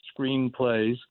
screenplays